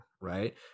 right